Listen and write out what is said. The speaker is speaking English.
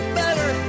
better